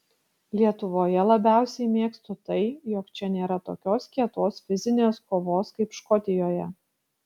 lietuvoje labiausiai mėgstu tai jog čia nėra tokios kietos fizinės kovos kaip škotijoje